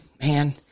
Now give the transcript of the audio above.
man